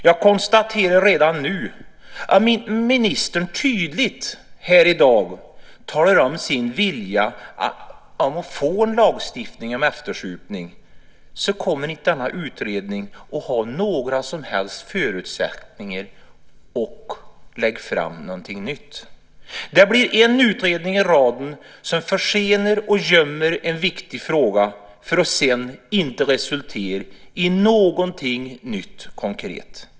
Jag konstaterar redan nu att om ministern tydligt här i dag talar om sin vilja att få en lagstiftning om eftersupning så kommer inte denna utredning att ha några som helst förutsättningar att lägga fram någonting nytt. Det blir en utredning i raden som försenar och gömmer en viktig fråga, för att sedan inte resultera i någonting nytt konkret.